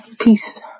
Peace